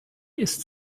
isst